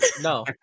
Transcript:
no